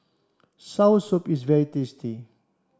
Soursop is very tasty